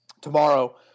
tomorrow